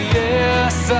yes